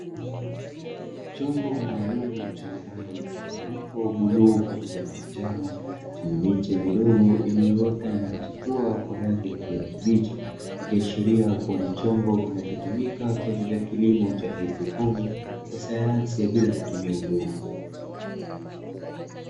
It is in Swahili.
Chombo maalumu chenye rangi mchanganyiko bluu pamoja na manjano, chenye miche midogo iliyoota na kuchipua kwa rangi ya kijani kibichi. Ikiashiria kuwa ni chombo kinachotumika, kwa ajili ya kilimo cha haidroponi cha sayansi bila kutumia udongo.